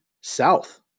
South